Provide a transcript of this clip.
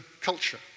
culture